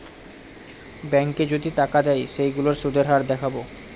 ব্যাঙ্কে যদি টাকা দেয় সেইগুলোর সুধের হার দেখাবো